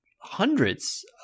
hundreds